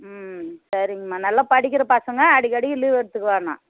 ம் சரிங்கம்மா நல்லா படிக்கிற பசங்க அடிக்கடிக்கு லீவு எடுத்துக்க வேணாம்